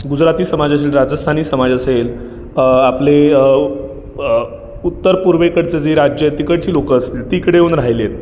गुजराती समाज असेल राजस्थानी समाज असेल अ आपले अ उ अ उत्तर पूर्वेकडचे जी राज्ययत तिकडची लोकं असतील ती इकडे येऊन राहिली आहेत